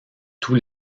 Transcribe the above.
tous